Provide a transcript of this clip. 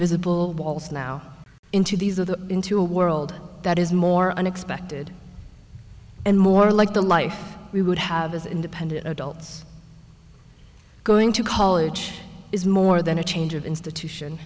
invisible walls now into these of the into a world that is more unexpected and more like the life we would have as independent adults going to college is more than a change of institution